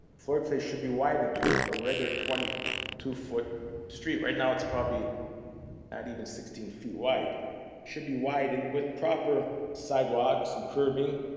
floyd place should be widened to a regular twenty two foot street. right now, it's probably not even sixteen feet wide. it should be widened with proper sidewalks and curbing.